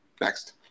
next